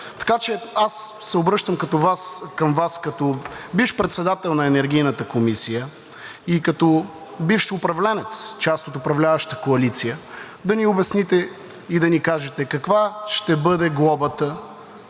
Така че аз се обръщам към Вас – като бивш председател на Енергийната комисия и като бивш управленец, част от управляващата коалиция, да ни обясните и да ни кажете каква ще бъде глобата